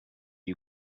you